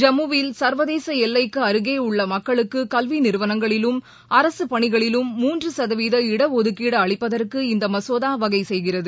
ஜம்மு வில் சா்வதேச எல்லைக்கு அருகே உள்ள மக்களுக்கு கல்வி நிறுவனங்களிலும் அரசுப் பணிகளிலும் மூன்று சதவீத இடஒதுக்கீடு அளிப்பதற்கு இந்த மசோதா வகை செய்கிறது